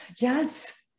yes